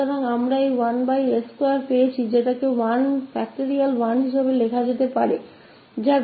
तो हमे मिलता है 1s2या जिसे लिखा जा सकता है 1